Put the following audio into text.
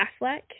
Affleck